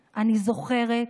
זוכרת,